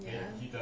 ya